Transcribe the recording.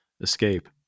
escape